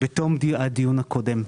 בתום הדיון הקודם,